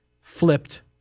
flipped